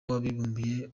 w’abibumbye